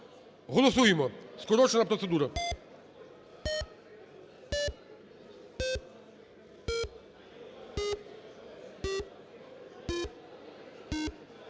Голосуємо. Скорочена процедура.